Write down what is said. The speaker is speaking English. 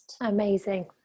Amazing